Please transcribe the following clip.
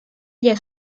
ellas